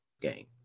game